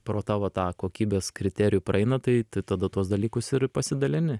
pro tavo tą kokybės kriterijų praeina tai tai tada tuos dalykus ir pasidalini